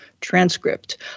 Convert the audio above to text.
transcript